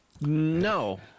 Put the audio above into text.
no